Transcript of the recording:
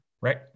Right